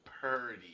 Purdy